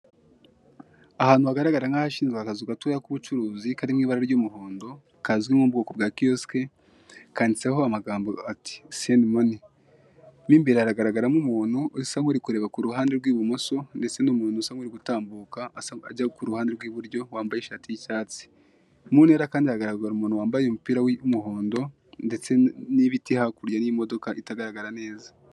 Ahantu hagaragara nkahashinzeakazu gatoya k'ubucuruzi karimo ibara ry'umuhondo kazwi mu bwoko bwa kiyosiki kanditseho amagambo ati 'send money' mo imbere haragaragaramo umuntu usa ku ruhande rw'ibumoso ndetse n'umuntu usa nuri gutambuka ajya kuruhande rw'iburyo wambaye ishati y'icyatsi mu ntera kandi hagaragara umuntu wambaye umupira w'umuhondo ndetsen'ibiti hakurya n'imodoka itagaragara neza.